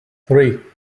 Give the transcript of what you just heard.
three